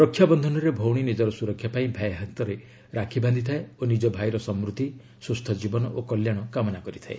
ରକ୍ଷାବନ୍ଧନରେ ଭଉଣୀ ନିଜର ସୁରକ୍ଷା ପାଇଁ ଭାଇ ହାତରେ ରାକ୍ଷୀ ବାନ୍ଧିଥାଏ ଓ ନିକ ଭାଇର ସମୃଦ୍ଧି ସୁସ୍ଥ ଜୀବନ ଓ କଲ୍ୟାଣ କାମନା କରିଥାଏ